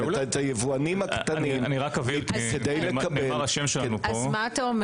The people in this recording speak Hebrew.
ואת היבואנים הקטנים כדי לקבל- -- אז אתה אומר